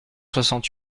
soixante